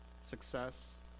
success